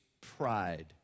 pride